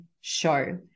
Show